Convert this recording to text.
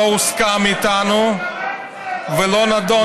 לא הוסכם איתנו ולא נדון איתנו.